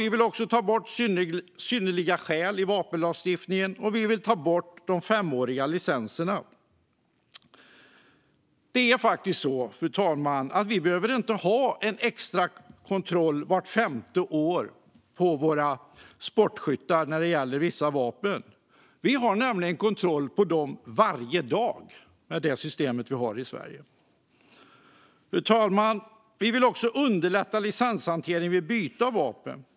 Vi vill ta bort synnerliga skäl i vapenlagstiftningen och ta bort de femåriga licenserna. Vi behöver inte ha en extra kontroll vart femte år av våra sportskyttar när det gäller vissa vapen. Vi har nämligen kontroll på dem varje dag med det system vi har i Sverige. Fru talman! Vi vill också underlätta licenshanteringen vid byte av vapen.